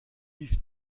vive